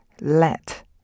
let